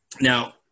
Now